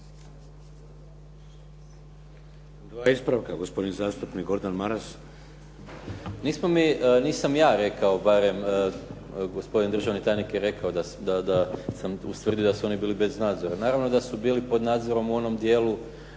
**Maras, Gordan (SDP)** Nismo mi, nisam ja rekao barem, gospodin državni tajnik je rekao da sam ustvrdio da su oni bili bez nadzora. Naravno da su bili pod nadzorom u onom dijelu